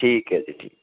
ਠੀਕ ਹੈ ਜੀ ਠੀਕ